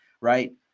right